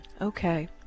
Okay